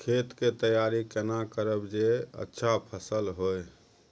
खेत के तैयारी केना करब जे अच्छा फसल होय?